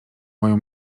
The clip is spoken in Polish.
moją